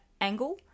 angle